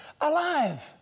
alive